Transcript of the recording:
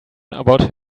about